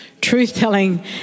Truth-telling